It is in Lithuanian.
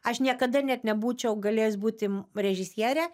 aš niekada net nebūčiau galėjus būti režisiere